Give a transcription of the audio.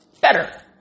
better